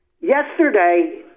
yesterday